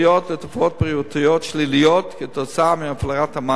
לתופעות בריאותיות שליליות כתוצאה מהפלרת המים.